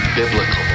biblical